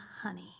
honey